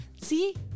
See